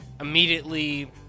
immediately